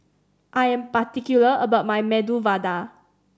I am particular about my Medu Vada